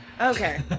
okay